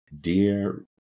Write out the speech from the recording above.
Dear